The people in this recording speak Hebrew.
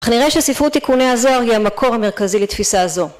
נראה שספרות תיקוני הזוהר היא המקור המרכזי לתפיסה זו.